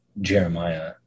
Jeremiah